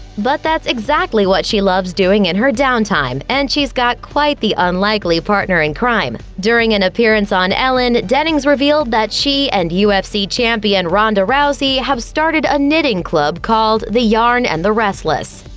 but that's exactly what she loves doing in her downtime, and she's got quite the unlikely partner in crime. during an appearance on ellen, dennings revealed that she and ufc champion ronda rousey have started a knitting club called the yarn and the restless.